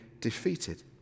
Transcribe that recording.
defeated